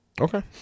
Okay